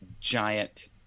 giant